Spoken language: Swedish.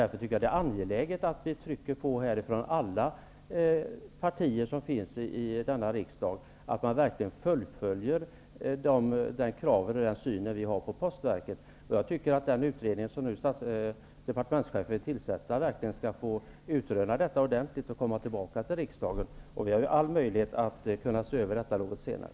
Därför tycker jag att det är angeläget att alla partier i denna riksdag trycker på för att man verkligen skall fullfölja de krav och den syn vi har på postverket. Jag tycker att den utredning som departementschefen vill tillsätta verkligen skall få utröna detta ordentligt och komma tillbaka till riksdagen. Vi har alla möjligheter att kunna se över detta något senare.